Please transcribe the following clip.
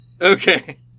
Okay